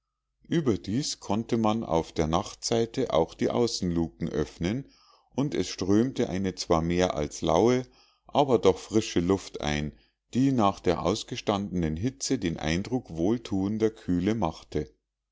überdies konnte man auf der nachtseite auch die außenlucken öffnen und es strömte eine zwar mehr als laue aber doch frische luft ein die nach der ausgestandenen hitze den eindruck wohltuender kühle machte